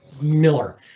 Miller